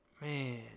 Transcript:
man